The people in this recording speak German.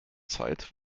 zeit